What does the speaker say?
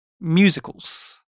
musicals